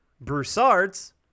Broussard's